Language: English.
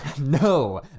No